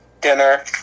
dinner